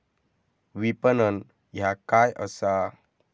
विपणन ह्या काय असा?